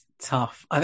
tough